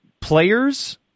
Players